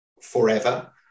forever